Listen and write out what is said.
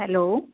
hello